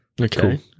Okay